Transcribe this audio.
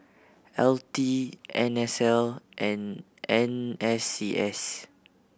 L T N S L and N S C S